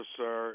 sir